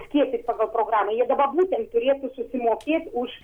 skiepyt pagal programą jie dabar būtent turėtų susimokėt už